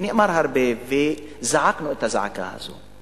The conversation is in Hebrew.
נאמר הרבה וזעקנו את הזעקה הזאת,